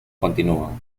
continúan